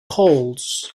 holds